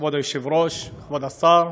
כבוד היושב-ראש, כבוד השר,